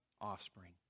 offspring